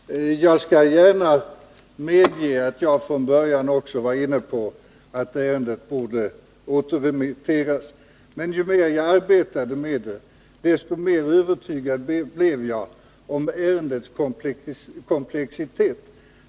Herr talman! Jag skall gärna medge att jag från början också var inne på att ärendet borde återremitteras, men ju mer jag arbetade med det desto mer övertygad blev jag om ärendets komplexitet.